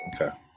Okay